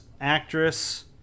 actress